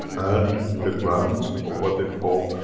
and the ground, or what they call.